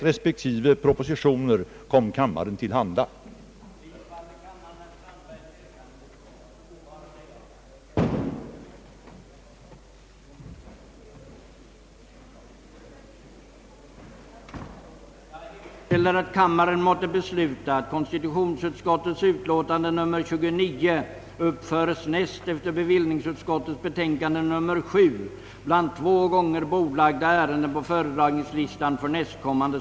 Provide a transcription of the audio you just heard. Hänvisande till ovanstående anhåller jag om kammarens tillstånd att till statsrådet och chefen för socialdepartementet få ställa följande frågor: 1. Avser statsrådet föranstalta om utökade möjligheter för fiskanalys från vattendrag, där kvicksilverförgiftning kan misstänkas?